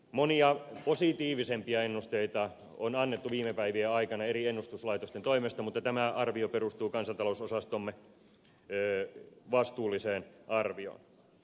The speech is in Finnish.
monia positiivisempia ennusteita on annettu viime päivien aikana eri ennustuslaitosten toimesta mutta tämä arvio perustuu kansantalousosastomme vastuulliseen arvioon